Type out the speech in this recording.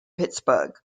pittsburgh